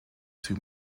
two